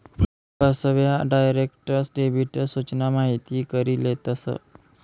फसव्या, direct debit सूचना माहिती करी लेतस